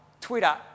Twitter